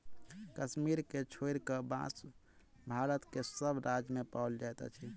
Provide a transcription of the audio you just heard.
कश्मीर के छोइड़ क, बांस भारत के सभ राज्य मे पाओल जाइत अछि